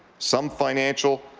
some financial,